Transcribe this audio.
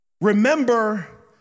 Remember